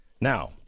now